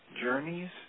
journeys